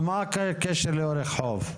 מה הקשר לחוף?